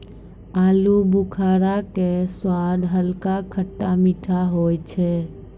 आलूबुखारा के स्वाद हल्का खट्टा मीठा होय छै